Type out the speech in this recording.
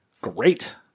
Great